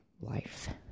life